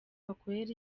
bakorera